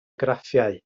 graffiau